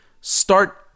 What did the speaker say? start